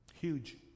huge